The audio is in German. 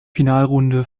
finalrunde